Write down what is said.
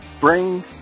bring